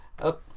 okay